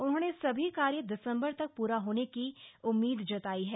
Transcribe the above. उन्होंने सभी कार्य दिसंबर तक प्रा होने की उम्मीद जताई है